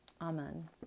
Amen